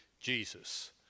Jesus